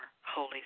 Holy